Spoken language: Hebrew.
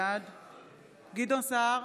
בעד גדעון סער,